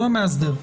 לא המאסדר.